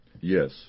Yes